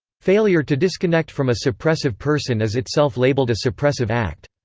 failure to disconnect from a suppressive person is itself labelled a suppressive act.